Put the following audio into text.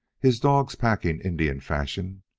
his dogs packing indian fashion,